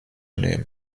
nehmen